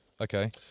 Okay